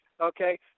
okay